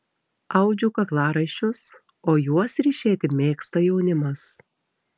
audžiu kaklaraiščius o juos ryšėti mėgsta jaunimas